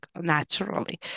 naturally